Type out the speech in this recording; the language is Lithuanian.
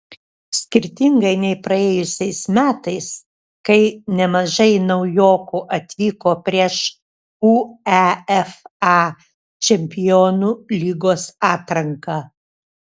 skirtingai nei praėjusiais metais kai nemažai naujokų atvyko prieš uefa čempionų lygos atranką